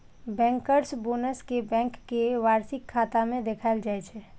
bankers bonus कें bank के वार्षिक खाता मे देखाएल जाइ छै